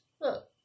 Look